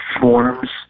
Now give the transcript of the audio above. forms